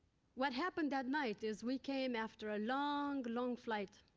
what happened that night is we came after a long, long flight,